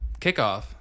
kickoff